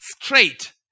straight